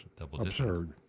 absurd